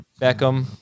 Beckham